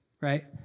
right